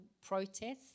protests